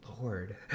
Lord